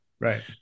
Right